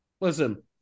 listen